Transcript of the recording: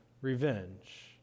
revenge